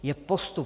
Je postup